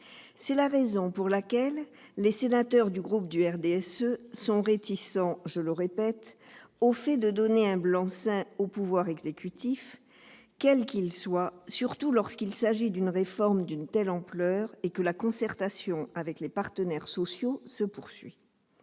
C'est la raison pour laquelle les sénateurs du groupe du RDSE sont réticents, je le répète, au fait de donner un blanc-seing au pouvoir exécutif, quel qu'il soit, surtout lorsqu'il s'agit d'une réforme d'une telle ampleur et que la concertation avec les partenaires sociaux se poursuit.